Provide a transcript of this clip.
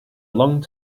long